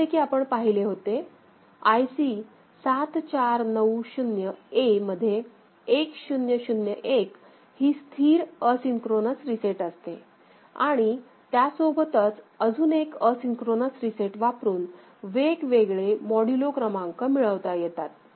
जसे की आपण पाहिले होते आय सी 7490A मध्ये 1001 ही स्थिर असिन्क्रोनोस रीसेट असते आणि त्यासोबतच अजून एक असिन्क्रोनोस रीसेट वापरून वेगवेगळे मॉड्यूलो क्रमांक मिळवता येतात